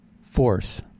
force